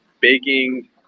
baking